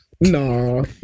No